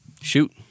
Shoot